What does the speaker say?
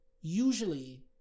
usually